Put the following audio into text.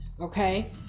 okay